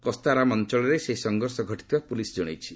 କସ୍ତାରାମ ଅଞ୍ଚଳରେ ସେହି ସଂଘର୍ଷ ଘଟିଥିବା ପୁଲିସ୍ ଜଣାଇଛି